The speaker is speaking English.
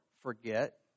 forget